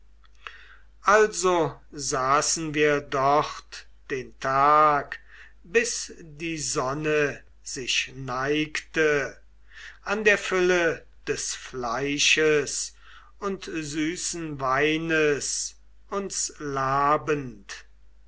gehorsam und wir saßen den ganzen tag bis die sonne sich neigte an der fülle des fleisches und süßen weines uns labend